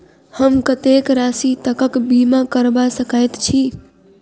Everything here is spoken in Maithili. हम कत्तेक राशि तकक बीमा करबा सकैत छी?